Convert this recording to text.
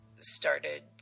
started